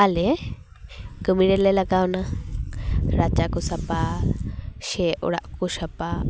ᱟᱞᱮ ᱠᱟᱹᱢᱤᱨᱮᱞᱮ ᱞᱟᱜᱟᱣᱱᱟ ᱨᱟᱪᱟᱠᱚ ᱥᱟᱯᱟ ᱥᱮ ᱚᱲᱟᱜ ᱠᱚ ᱥᱟᱯᱟ